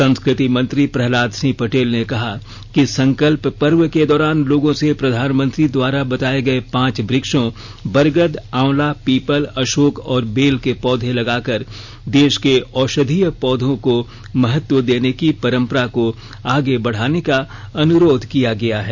संस्कृति मंत्री प्रहलाद सिंह पटेल ने कहा कि संकल्प पर्व के दौरान लोंगों से प्रधानमंत्री द्वारा बताए गए पांच वृक्षों बरगद आंवला पीपल अशोक और बेल के पौधे लगाकर देश के औषधीय पौधों को महत्व देने की परम्परा को आगे बढ़ाने का अनुरोध किया गया है